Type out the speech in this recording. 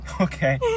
okay